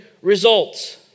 results